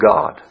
God